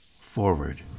Forward